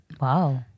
Wow